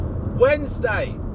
Wednesday